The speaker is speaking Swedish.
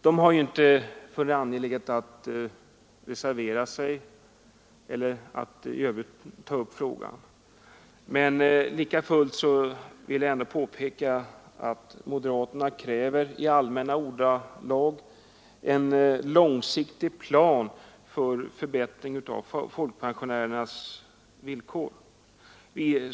Moderaterna har inte funnit anledning reservera sig eller i övrigt ta upp frågan. Men jag vill påpeka att moderaterna likväl i allmänna ordalag kräver en långsiktig plan för förbättring av folkpensionärernas villkor.